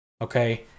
Okay